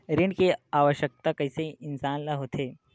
ऋण के आवश्कता कइसे इंसान ला होथे?